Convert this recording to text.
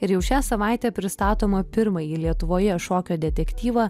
ir jau šią savaitę pristatomą pirmąjį lietuvoje šokio detektyvą